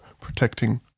protecting